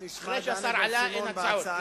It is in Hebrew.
אחרי שהשר עלה אין הצעות.